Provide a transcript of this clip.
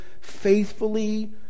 faithfully